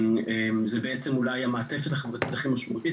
זו בעצם אולי המעטפת החברתית החשובה ביותר